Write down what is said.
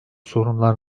sorunlar